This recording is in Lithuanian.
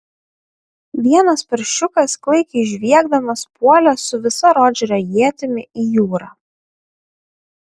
vienas paršiukas klaikiai žviegdamas puolė su visa rodžerio ietimi į jūrą